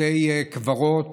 בתי קברות